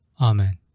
Amen